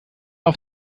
auf